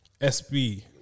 SB